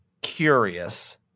curious